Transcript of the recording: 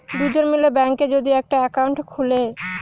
দুজন মিলে ব্যাঙ্কে যদি একটা একাউন্ট খুলে